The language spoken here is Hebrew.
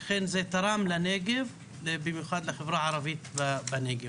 ואכן, זה תרם לנגב, במיוחד לחברה הערבית בנגב.